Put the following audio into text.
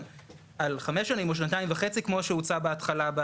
על חמש שנים או שנתיים וחצי כמו שהוצע בהתחלה.